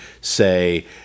say